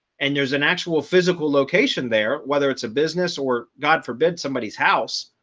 and there's an actual physical location there, whether it's a business or god forbid somebody's house,